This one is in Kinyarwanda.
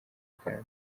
uganda